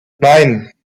nein